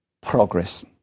progress